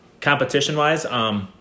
competition-wise